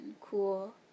cool